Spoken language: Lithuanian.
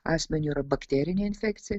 asmeniui yra bakterinė infekcija